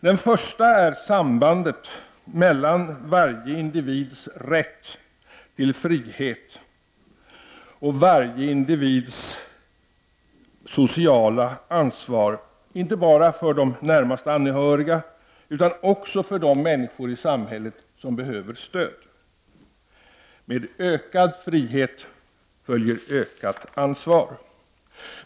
Den första är sambandet mellan varje individs rätt till frihet och varje individs sociala ansvar, inte bara för de närmast anhöriga utan också för de människor i samhället som behöver stöd. Med ökad frihet följer ökat ansvar.